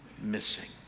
missing